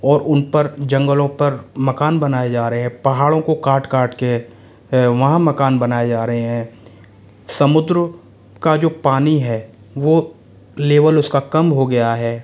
और उन पर जंगलों पर मकान बनाए जा रहे हैं पहाड़ों को काट काट कर वहाँ मकान बनाए जा रहे हैं समुद्र का जो पानी है वो लेवल उसका कम हो गया है